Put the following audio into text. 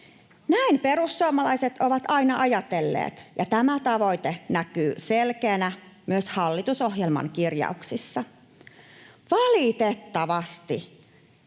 Näin perussuomalaiset ovat aina ajatelleet, ja tämä tavoite näkyy selkeänä myös hallitusohjelman kirjauksissa. Valitettavasti